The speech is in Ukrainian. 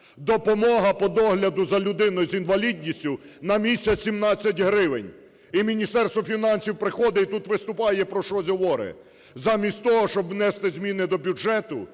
Допомога по догляду за людиною з інвалідністю на місяць – 17 гривень. І Міністерство фінансів приходить і тут виступає, про щось говорить замість того, щоб внести зміни до бюджету.